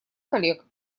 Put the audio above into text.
коллег